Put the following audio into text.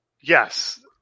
Yes